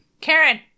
karen